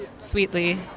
sweetly